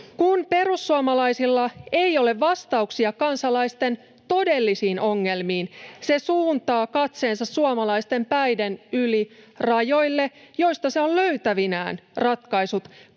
Kun perussuomalaisilla ei ole vastauksia kansalaisten todellisiin ongelmiin, [Leena Meri: Vai niin!] he suuntaavat katseensa suomalaisten päiden yli rajoille, joista he ovat löytävinään ratkaisut